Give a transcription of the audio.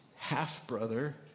half-brother